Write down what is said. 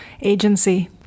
agency